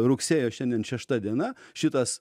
rugsėjo šiandien šešta diena šitas